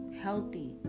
healthy